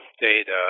data